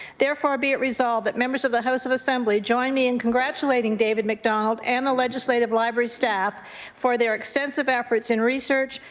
therefore be it resolved that members of the house of assembly join me in congratulating david mcdonald and the legislative library staff for their extensive efforts in research,